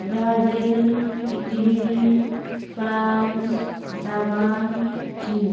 Brazil Italy France Japan Chin